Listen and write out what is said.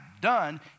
done